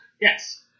Yes